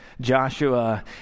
Joshua